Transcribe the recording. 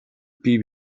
бие